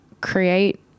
create